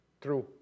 True